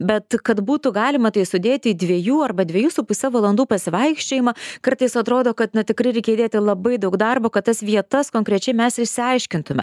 bet kad būtų galima tai sudėti į dviejų arba dviejų su puse valandų pasivaikščiojimą kartais atrodo kad na tikrai reikia įdėti labai daug darbo kad tas vietas konkrečiai mes išsiaiškintume